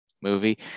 movie